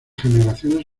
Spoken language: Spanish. generaciones